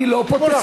אני לא פותח.